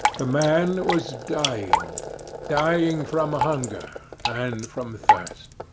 the man was dying dying from ah hunger and from thirst.